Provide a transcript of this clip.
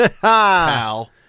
pal